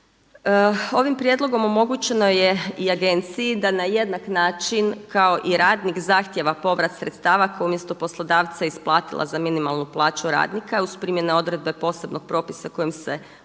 Ovim prijedlogom omogućeno je i agenciji da na jednak način kao i radnik zahtjeva povrat sredstva koji umjesto poslodavca isplatila za minimalnu plaću radnika uz primjene odredbe posebnog propisa kojim se uređuje